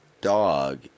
dog